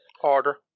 order